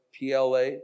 PLA